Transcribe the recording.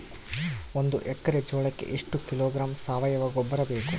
ಒಂದು ಎಕ್ಕರೆ ಜೋಳಕ್ಕೆ ಎಷ್ಟು ಕಿಲೋಗ್ರಾಂ ಸಾವಯುವ ಗೊಬ್ಬರ ಬೇಕು?